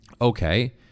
Okay